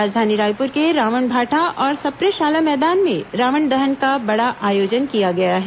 राजधानी रायपुर के रावण भाटा और सप्रे शाला मैदान में रावण दहन का बड़ा आयोजन किया गया है